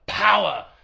power